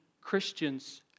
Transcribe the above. Christians